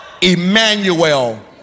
Emmanuel